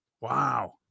Wow